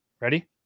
Ready